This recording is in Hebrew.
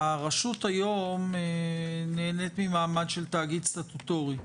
הרשות היום נהנית ממעמד של תאגיד סטטוטורי.